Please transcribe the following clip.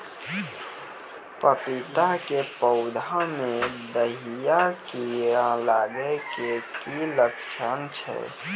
पपीता के पौधा मे दहिया कीड़ा लागे के की लक्छण छै?